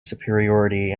superiority